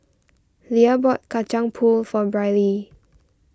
Lia bought Kacang Pool for Brylee